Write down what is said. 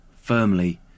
firmly